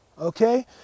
Okay